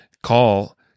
Call